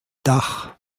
dach